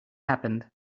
happened